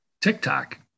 TikTok